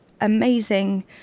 amazing